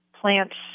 plants